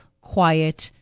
quiet